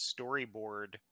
storyboard